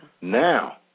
Now